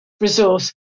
resource